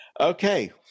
Okay